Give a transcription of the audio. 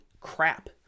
crap